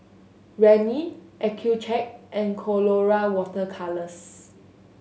Rene Accucheck and Colora Water Colours